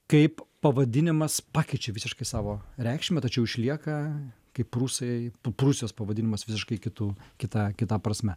kaip pavadinimas pakeičia visiškai savo reikšmę tačiau išlieka kaip prūsai p prūsijos pavadinimas visiškai kitu kita kita prasme